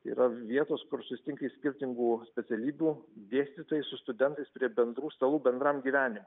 yra vietos kur susitinka iš skirtingų specialybių dėstytojai su studentais prie bendrų stalų bendram gyvenimui